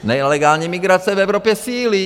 Nelegální migrace v Evropě sílí.